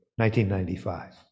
1995